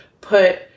put –